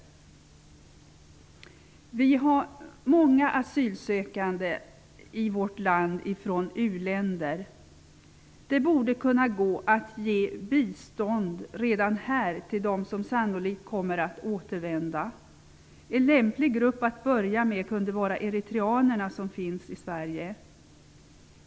I vårt land har vi många asylsökande från u-länder. Det borde kunna gå att ge ''bistånd'' redan här till dem som sannolikt kommer att återvända. En lämplig grupp att börja med kunde vara eritreanerna i Sverige.